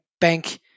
bank